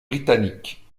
britanniques